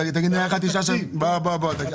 חבר'ה,